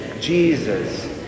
Jesus